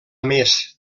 més